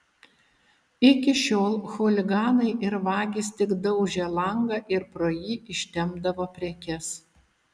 iki šiol chuliganai ir vagys tik daužė langą ir pro jį ištempdavo prekes